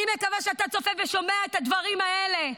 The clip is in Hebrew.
אני מקווה שאתה צופה ושומע את הדברים האלה,